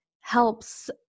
helps